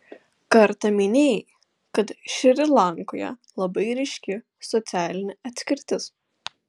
kartą minėjai kad šri lankoje labai ryški socialinė atskirtis